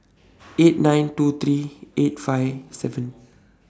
eight nine two three eight five seven